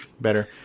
better